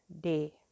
day